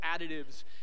additives